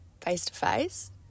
face-to-face